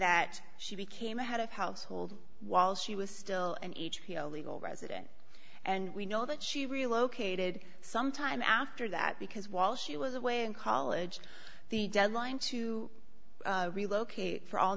that she became a head of household while she was still an h b o legal resident and we know that she relocated some time after that because while she was away in college the deadline to relocate for all